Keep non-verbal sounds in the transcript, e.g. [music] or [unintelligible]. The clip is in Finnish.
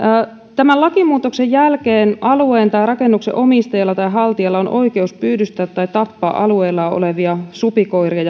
tämän lakimuutoksen jälkeen alueen tai rakennuksen omistajalla tai haltijalla on oikeus pyydystää tai tappaa alueellaan olevia supikoiria [unintelligible]